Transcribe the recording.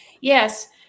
Yes